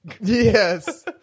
Yes